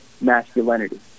masculinity